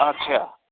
अच्छा